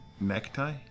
necktie